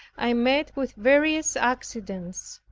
i met with various accidents.